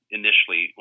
initially